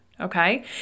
Okay